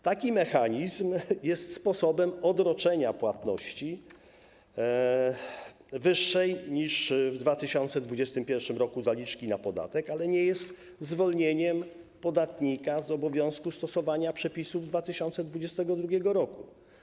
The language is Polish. Taki mechanizm jest sposobem odroczenia płatności wyższej niż w 2021 r. zaliczki na podatek, ale nie jest zwolnieniem podatnika z obowiązku stosowania przepisów z 2022 r.